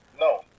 No